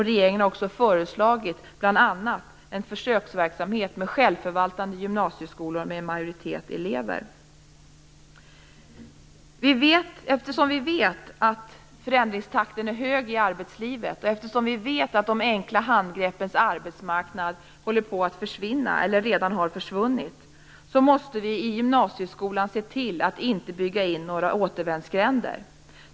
Regeringen har också föreslagit bl.a. en försöksverksamhet med självförvaltande gymnasieskolor där majoriteten utgörs av elever. Eftersom vi vet att förändringstakten är hög i arbetslivet, och eftersom vi vet att de enkla handgreppens arbetsmarknad håller på att försvinna eller redan har försvunnit, måste vi i gymnasieskolan se till att inte bygga in några återvändsgränder.